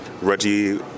Reggie